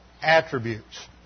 attributes